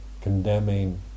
condemning